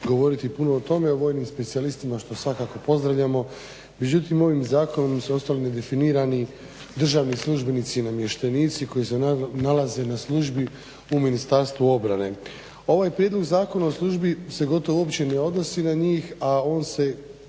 govoriti puno o tome o vojnim specijalistima što svakako pozdravljamo. Međutim ovim zakonom su ostali nedefinirani državni službenici i namještenici koji se nalaze na službi u Ministarstvu obrane. Ovaj prijedlog Zakona o službi se gotovo uopće ne odnosi na njih, a on se